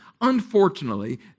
Unfortunately